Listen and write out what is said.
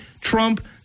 Trump